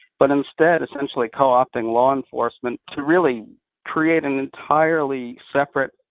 but instead essentially co-opting law enforcement to really create an entirely separate,